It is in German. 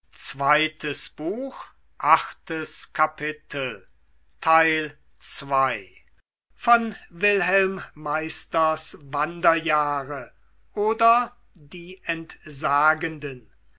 goethe wilhelm meisters wanderjahre oder die entsagenden